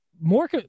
more